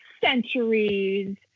centuries